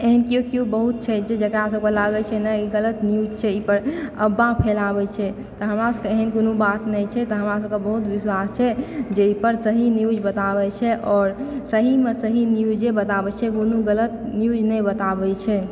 एहन केओ केओ बहुत छै जे जकरा सभके लागै छै ने ई गलत न्यूज छै ई पर अपबाह फैलाबै छै तऽ हमरा सभके एहन कोनो बात नहि छै तऽ हमरा सभके बहुत विश्वास छै जे एहि पर सही न्यूज बताबै छै आओर सही मे सही न्यूजे बताबै छै कोनो गलत न्यूज नहि बताबै छै